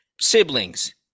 Siblings